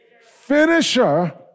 Finisher